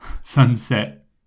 sunset